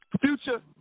Future